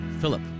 Philip